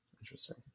Interesting